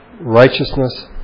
righteousness